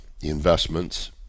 investments